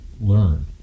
learn